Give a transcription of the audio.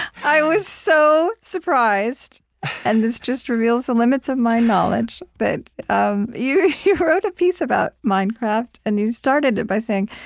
i was so surprised and this just reveals the limits of my knowledge that um you you wrote a piece about minecraft, and you started it by saying,